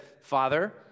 Father